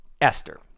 Esther